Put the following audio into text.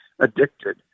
addicted